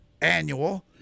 annual